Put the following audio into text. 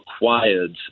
required